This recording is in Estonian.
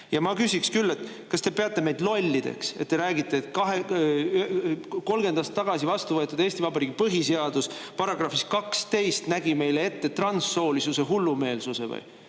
Ja ma küsiks küll, et kas te peate meid lollideks, et te räägite, et 30 aastat tagasi vastu võetud Eesti Vabariigi põhiseadus §-s 12 nägi meile ette transsoolisuse hullumeelsuse. Ei,